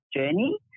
journey